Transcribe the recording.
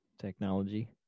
technology